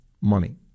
money